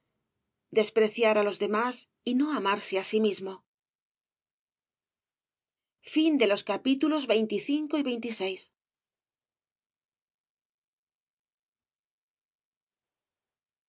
despreciar á los demás y no amarse á sí mismo